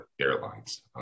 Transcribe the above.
Airlines